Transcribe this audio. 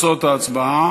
תוצאות ההצבעה: